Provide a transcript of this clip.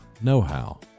know-how